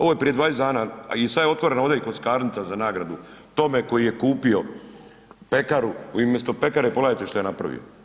Ovo je prije 20 dana, a sada je otvorena ovdje i kockarnica za nagradu tome koji je kupio pekaru i umjesto pekare, pogledajte što je napravio.